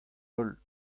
holl